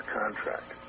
contract